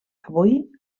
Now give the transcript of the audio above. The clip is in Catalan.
avui